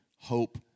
hope